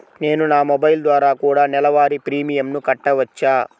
నేను నా మొబైల్ ద్వారా కూడ నెల వారి ప్రీమియంను కట్టావచ్చా?